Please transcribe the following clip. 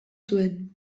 zuen